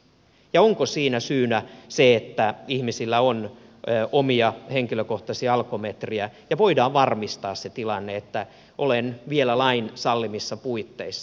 onko siinä syynä se että ihmisillä on omia henkilökohtaisia alkometrejä ja voidaan varmistaa se tilanne että ollaan vielä lain sallimissa puitteissa